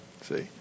see